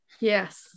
yes